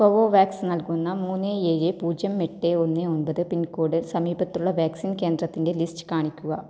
Covovax നൽകുന്ന മൂന്ന് ഏഴ് പൂജ്യം എട്ട് ഒന്ന് ഒമ്പത് പിൻകോഡ് സമീപത്തുള്ള വാക്സിൻ കേന്ദ്രത്തിൻ്റെ ലിസ്റ്റ് കാണിക്കുക